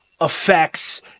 effects